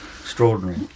Extraordinary